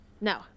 no